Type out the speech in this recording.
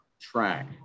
track